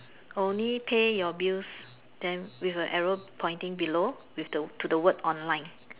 only pay your bills then with a arrow pointing below with the to the word online